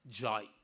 joy